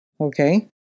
Okay